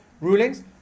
rulings